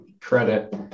credit